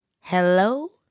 Hello